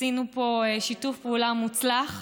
עשינו פה שיתוף פעולה מוצלח,